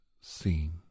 seen